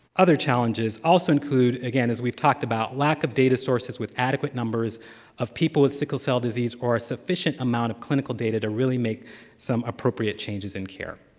other challenges also include, again, as we've talked about, lack of data sources with adequate numbers of people with sickle cell disease, or a sufficient amount of clinical data to really make some appropriate changes in care.